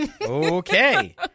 Okay